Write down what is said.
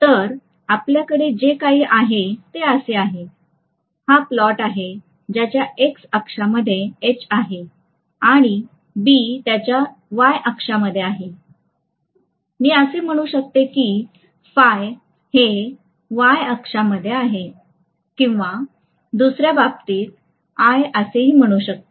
तर आपल्याकडे जे काही आहे ते असे आहे हा प्लॉट आहे ज्याच्या x अक्षामध्ये H आहे आणि B त्याच्या y अक्षामध्ये आहे मी असे म्हणू शकते की हे y अक्षामध्ये आहे किंवा दुसऱ्या बाबतीत I असेही असू शकते